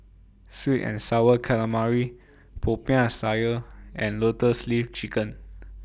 Sweet and Sour Calamari Popiah Sayur and Lotus Leaf Chicken